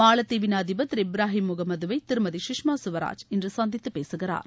மாலத்தீவின் அதிபர் திரு இப்ராஹிம் முகமதுவை திருமதி சுஷ்மா சுவராஜ் இன்று சந்தித்து பேசுகிறார்